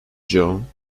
joan